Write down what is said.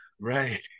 Right